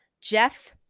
Jeff